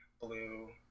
blue